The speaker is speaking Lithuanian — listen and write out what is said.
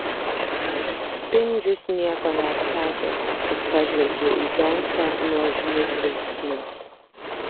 spindžius nieko neatsakė tik pažvelgė į džonsą nuožmiu žvilgsniu